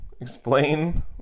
Explain